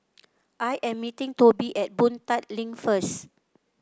I am meeting Tobi at Boon Tat Link first